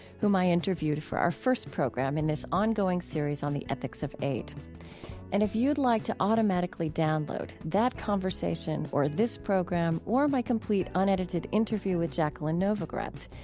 whom i interviewed for our first program in this ongoing series on the ethics of aid and if you'd like to automatically download that conversation or this program or my complete unedited interview with jacqueline novogratz,